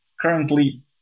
currently